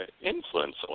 influence